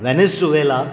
Venezuela